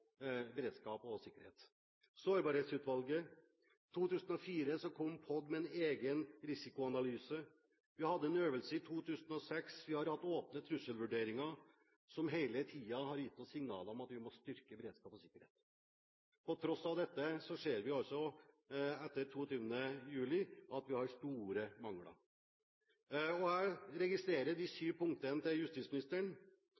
beredskap og sikkerhet: Sårbarhetsutvalget, i 2004 kom PST med en egen risikoanalyse, vi hadde en øvelse i 2006, vi har hatt åpne trusselvurderinger som hele tiden har gitt oss signaler om at vi må styrke beredskap og sikkerhet. På tross av dette ser vi altså – etter 22. juli – at vi har store mangler. Jeg registrerer de